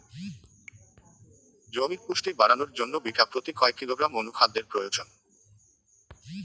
জমির পুষ্টি বাড়ানোর জন্য বিঘা প্রতি কয় কিলোগ্রাম অণু খাদ্যের প্রয়োজন?